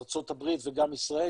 ארצות הברית וגם ישראל,